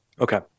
Okay